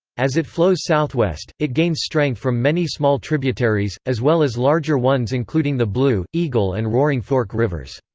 as it flows southwest, it gains strength from many small tributaries, as well as larger ones including the blue, eagle and roaring fork rivers.